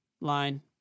Line